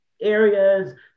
areas